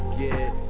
get